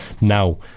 Now